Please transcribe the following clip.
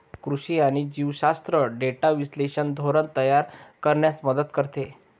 कृषी आणि जीवशास्त्र डेटा विश्लेषण धोरण तयार करण्यास मदत करते